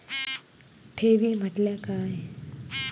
ठेवी म्हटल्या काय?